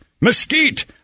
mesquite